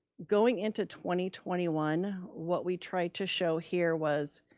going into twenty twenty one, what we tried to show here was,